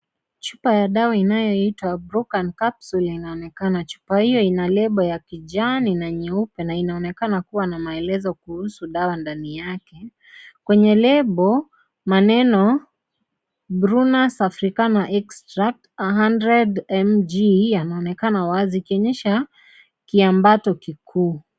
Chupa ya dawa inayoitwa Brucan Capsule inaonekana. Chupa hio ina label ya kijani na nyeupe na inaonekana kuwa na maelezo kuhusu dawa ndani yake. Kwenye label maneno brunas afrikanas extract a hundred mg yanaonekana wazi kuonyesha kiambato kikuu.